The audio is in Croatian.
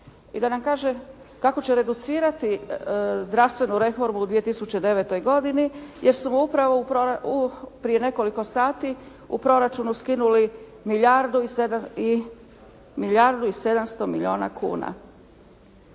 i da nam kaže kako će reducirati zdravstvenu reformu u 2009. godini jer su mu upravo prije nekoliko sati u proračunu skinuli milijardu i 700 milijuna kuna.